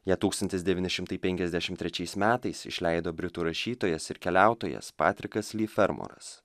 ją tūkstantis devyni šimtai penkiasdešim trečiais metais išleido britų rašytojas ir keliautojas patrikas lifermoras